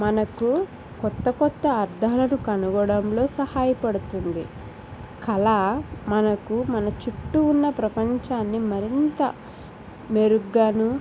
మనకు కొత్త కొత్త అర్థాలను కనుగొనడంలో సహాయపడుతుంది కళ మనకు మన చుట్టూ ఉన్న ప్రపంచాన్ని మరింత మెరుగ్గాను